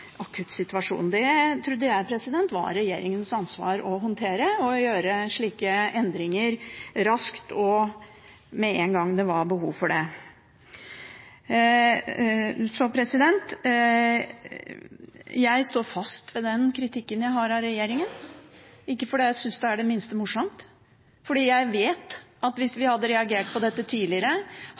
Det trodde jeg var regjeringens ansvar å håndtere – å gjøre slike endringer raskt og med en gang det var behov for det. Jeg står fast ved den kritikken jeg har av regjeringen, ikke fordi jeg synes det er det minste morsomt. Men jeg vet at hvis vi hadde reagert på dette tidligere,